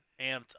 amped